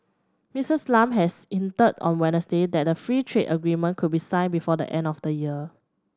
Missis Lam has hinted on Wednesday that the free trade agreement could be signed before the end of the year